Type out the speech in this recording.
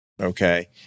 okay